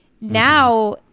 now